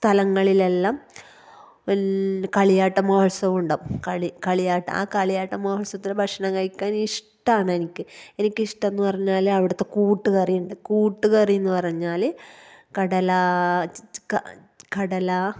സ്ഥലങ്ങളിലെല്ലാം എന് കളിയാട്ട മഹോത്സവമുണ്ടാവും കളി കളിയാട്ട ആ കളിയാട്ട മഹോത്സവത്തിലെ ഭക്ഷണം കഴിക്കാന് ഇഷ്ടമാണെനിക്ക് എനിക്കിഷ്ടം എന്ന് പറഞ്ഞാല് അവിടുത്തെ കൂട്ട്കറിയുണ്ട് കൂട്ട്കറി എന്ന് പറഞ്ഞാല് കടല കടല